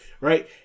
right